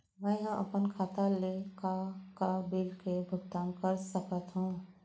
मैं ह अपन खाता ले का का बिल के भुगतान कर सकत हो